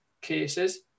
cases